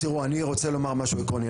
אז תראו, אני רוצה לומר משהו עקרוני.